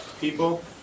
people